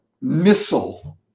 missile